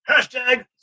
Hashtag